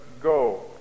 Go